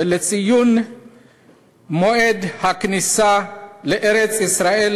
ולציון מועד הכניסה לארץ-ישראל,